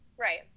right